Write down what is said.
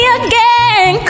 again